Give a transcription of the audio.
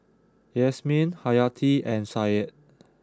Yasmin Hayati and Said